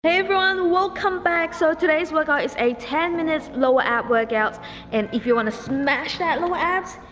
everyone welcome back. so today's workout is a ten minutes lower ab workout and if you want to smash that little abs,